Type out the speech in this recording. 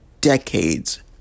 decades